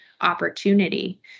opportunity